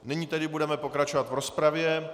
Nyní tedy budeme pokračovat v rozpravě.